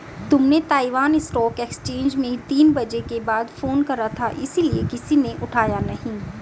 तुमने Taiwan stock exchange में तीन बजे के बाद फोन करा था इसीलिए किसी ने उठाया नहीं